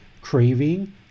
craving